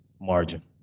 margin